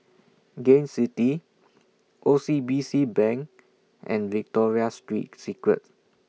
Gain City O C B C Bank and Victoria Street Secret